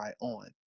on